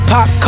Pop